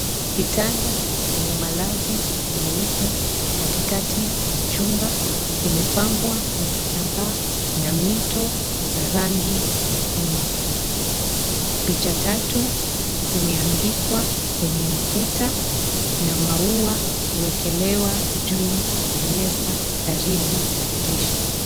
Kitanda chenye malazi meupe katikati ya chumba kimepambwa na kitambaa na mito za rangi nyekundu. Picha tatu zimeandikwa kwenye ukuta na maua uwekelewa juu ya meza karibu na dirisha.